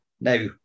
Now